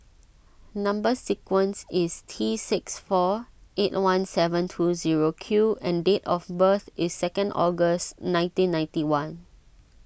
Number Sequence is T six four eight one seven two zero Q and date of birth is second August nineteen ninety one